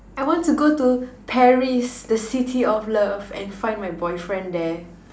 I want to go to Paris the city of love and find my boyfriend there